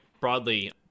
broadly